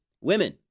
women